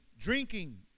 drinking